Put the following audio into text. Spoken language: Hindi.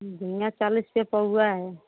झींगा चालीस रुपये पौवा है